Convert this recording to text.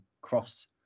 cross